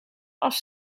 als